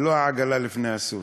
ולא את העגלה לפני הסוס.